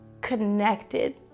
connected